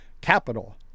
Capital